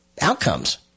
outcomes